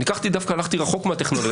דווקא הלכתי רחוק מהטכנולוגיה.